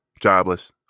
jobless